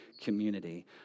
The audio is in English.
Community